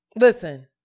listen